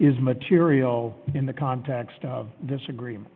is material in the context of this agreement